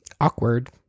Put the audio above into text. awkward